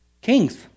kings